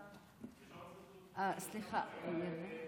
סליחה.